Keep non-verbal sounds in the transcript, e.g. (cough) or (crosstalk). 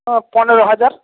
(unintelligible) পনেরো হাজার